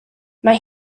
mae